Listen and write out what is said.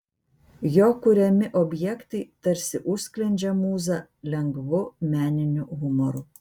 jo kuriami objektai tarsi užsklendžia mūzą lengvu meniniu humoru